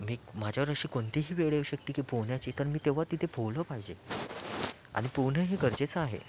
मी माझ्यावर अशी कोणतीही वेळ येऊ शकते की पोहण्याची तर मी तेव्हा तिथे पोहलो पाहिजे आणि पोहणं हे गरजेचं आहे